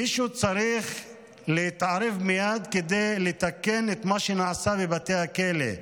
מישהו צריך להתערב מייד כדי לתקן את מה שנעשה בבתי הכלא.